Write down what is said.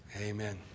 Amen